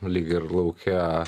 lyg ir lauke